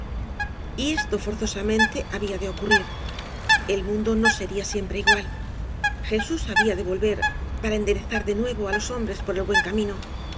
esto forzosamente había de ocurrir el mundo no sería siempre igual jesús había da volver para enderezar de nuevo á ios hombrea por ei buen camino